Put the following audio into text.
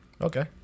Okay